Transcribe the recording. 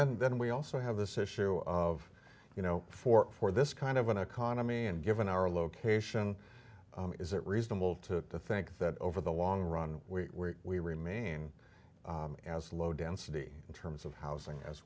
then then we also have this issue of you know for for this kind of an economy and given our location is it reasonable to think that over the long run we we remain as low density in terms of housing as